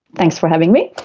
thanks for having me.